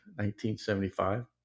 1975